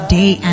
day